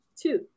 Two